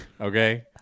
Okay